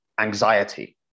anxiety